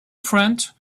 friend